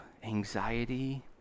Anxiety